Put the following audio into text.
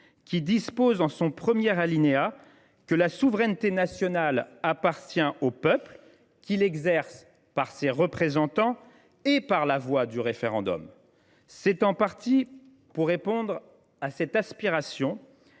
qui dispose en son premier alinéa que « la souveraineté nationale appartient au peuple qui l’exerce par ses représentants et par la voie du référendum. » C’est en partie pour répondre à cette aspiration